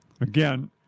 Again